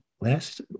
last